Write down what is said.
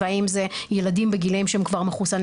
והאם זה ילדים בגילאים שהם כבר מחוסני